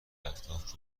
اهداف